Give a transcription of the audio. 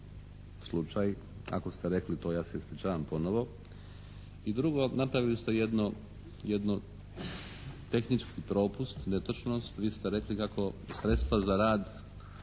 slučaj. Ako ste rekli to, ja se ispričavam ponovo. I drugo, napravili ste jedan tehnički propust, netočnost. Vi ste rekli kako sredstva za rad